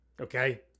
Okay